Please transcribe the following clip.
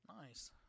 Nice